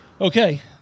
Okay